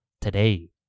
today